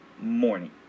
morning